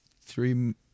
Three